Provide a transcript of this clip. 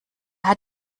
hat